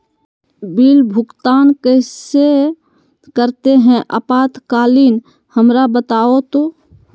Bill भुगतान कैसे करते हैं आपातकालीन हमरा बताओ तो?